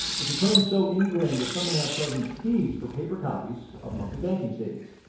it's a trend so ingrained that some are now charging fees for paper copies of monthly banking statements.